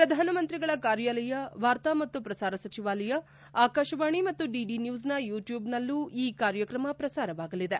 ಪ್ರಧಾನ ಮಂತ್ರಿಗಳ ಕಾರ್ಯಾಲಯ ವಾರ್ತಾ ಮತ್ತು ಪ್ರಸಾರ ಸಚಿವಾಲಯ ಆಕಾಶವಾಣಿ ಮತ್ತು ಡಿಡಿ ನ್ಯೂಸ್ನ ಯೂಟ್ಯೂಬ್ನಲ್ಲೂ ಈ ಕಾರ್ಯಕ್ರಮ ಪ್ರಸಾರವಾಗಲಿದೆ